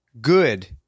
good